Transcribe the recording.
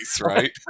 right